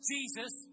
Jesus